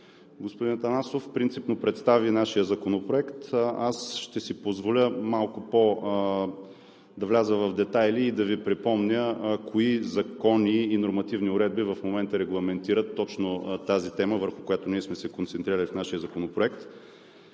Господин Атанасов принципно представи нашия законопроект. Аз ще си позволя малко да вляза в детайли и да Ви припомня кои закони и нормативни уредби в момента регламентират точно тази тема, върху която ние сме се концентрирали в нашия законопроект.